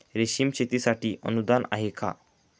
रेशीम शेतीसाठी अनुदान आहे का?